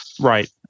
right